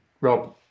Rob